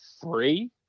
three